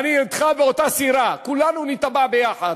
ואני אתך באותה סירה, כולנו נטבע יחד.